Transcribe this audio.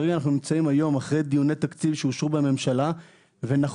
היום אנחנו נמצאים אחרי דיוני תקציב שאושרו בממשלה ונכון